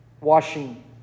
washing